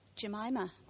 Jemima